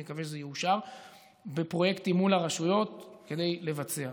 ואני מקווה שזה יאושר בפרויקטים מול הרשויות כדי לבצע.